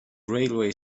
railway